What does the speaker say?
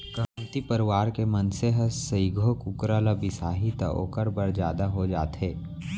कमती परवार के मनसे ह सइघो कुकरा ल बिसाही त ओकर बर जादा हो जाथे